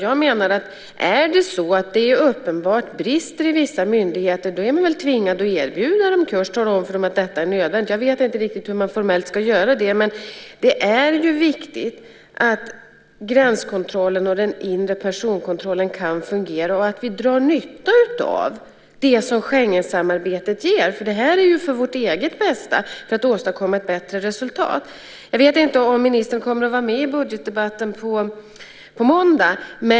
Jag menar att om det uppenbart brister i vissa myndigheter är man väl tvingad att erbjuda dem en kurs och tala om att detta är nödvändigt. Jag vet inte riktigt hur man formellt ska göra det, men det är ju viktigt att gränskontrollen och den inre personkontrollen kan fungera och att vi drar nytta av det som Schengensamarbetet ger. Detta är ju för vårt eget bästa, för att åstadkomma ett bättre resultat. Jag vet inte om ministern kommer att vara med i budgetdebatten på måndag.